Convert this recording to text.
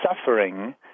suffering